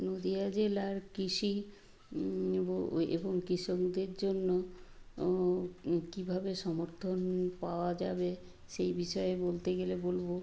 নদীয়া জেলার কৃষি এবং কৃষকদের জন্য কীভাবে সমর্থন পাওয়া যাবে সেই বিষয় বলতে গেলে বলবো